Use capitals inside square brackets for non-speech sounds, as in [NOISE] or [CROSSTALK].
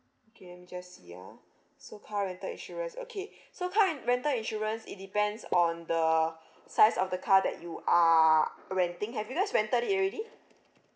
okay let me just see ah so car rental insurance okay [BREATH] so car ren~ rental insurance it depends on the [BREATH] size of the car that you are renting have you guys rented it already